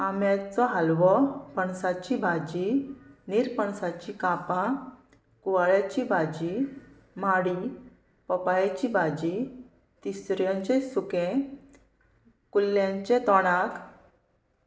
आंब्याचो हालवो पणसाची भाजी निरपणसाची कापां कुवाळ्याची भाजी माडी पोपायेची भाजी तिसऱ्यांचे सुकें कुल्ल्यांचे तोणाक